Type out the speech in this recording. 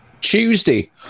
Tuesday